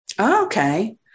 Okay